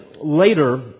later